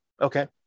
Okay